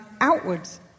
outwards